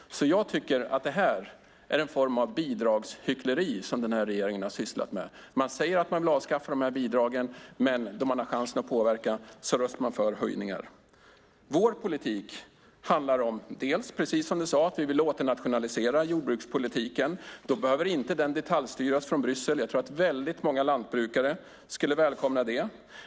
Jag tycker att det här är en form av bidragshyckleri som regeringen har sysslat med. Man säger att man vill avskaffa exportbidragen, men när man har chansen att påverka röstar man för höjningar. Vår politik handlar om, precis som du sade, att vi vill åternationalisera jordbrukspolitiken. Då behöver den inte detaljstyras från Bryssel. Jag tror att väldigt många lantbrukare skulle välkomna det.